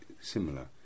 similar